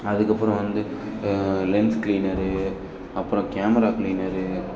அதுக்கப்புறம் வந்து lens screener அப்புறம் கேமரா க்ளீனரு